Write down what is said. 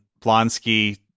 Blonsky